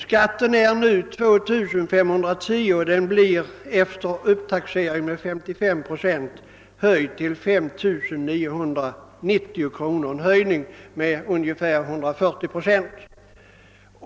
Skatten är för närvarande 2510 kronor och blir efter en 55-procentig höjning av taxeringsvärdet 5 990 kronor — en höjning med cirka 140 procent.